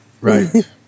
Right